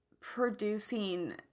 producing